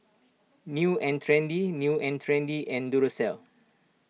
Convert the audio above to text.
New and Trendy New and Trendy and Duracell